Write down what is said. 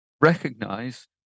recognize